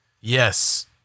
Yes